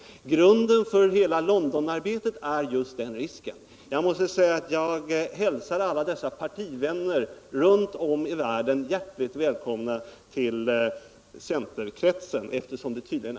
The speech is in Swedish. Men eftersom detta tydligen anses vara en renodlad centerståndpunkt, så måste jag säga att jag hälsar alla partivänner runt om i världen hjärtligt välkomna till centerkretsen.